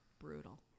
brutal